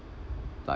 like